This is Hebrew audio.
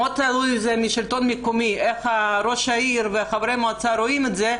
מאוד תלוי בשלטון המקומי איך ראש העיר וחברי המועצה רואים את זה,